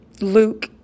Luke